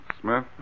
Smith